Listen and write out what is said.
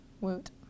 Woot